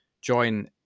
join